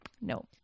No